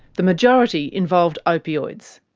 the majority involved opioids.